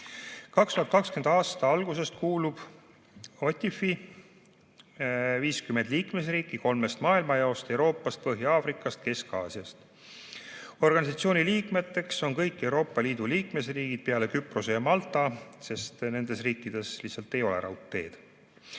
2020. aasta algusest kuulub OTIF-i 50 liikmesriiki kolmest maailmajaost: Euroopast, Põhja-Aafrikast, Kesk-Aasiast. Organisatsiooni liikmeteks on kõik Euroopa Liidu liikmesriigid peale Küprose ja Malta, kus lihtsalt ei ole raudteed.